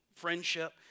friendship